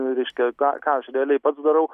reiškia ką ką aš realiai pats darau